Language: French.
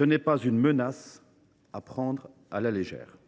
Une telle menace n’est pas à prendre à la légère